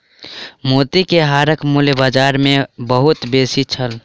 मोती के हारक मूल्य बाजार मे बहुत बेसी छल